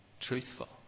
truthful